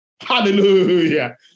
Hallelujah